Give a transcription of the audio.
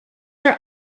are